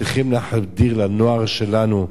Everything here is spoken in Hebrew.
צריכים להחדיר לנוער שלנו,